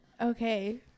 Okay